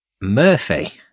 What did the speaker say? Murphy